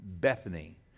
Bethany